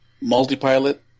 multi-pilot